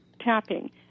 Tapping